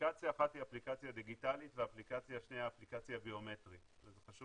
אפליקציה אחת היא דיגיטלית והשניה היא ביומטרית וחשוב